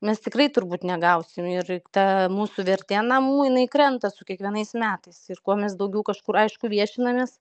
mes tikrai turbūt negausim ir ta mūsų vertė namų jinai krenta su kiekvienais metais ir kuo mes daugiau kažkur aišku viešinamės